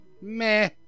meh